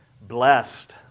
blessed